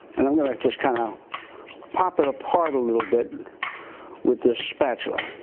and i'm gonna like just kind of pop it apart a little bit with this spatula.